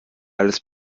alles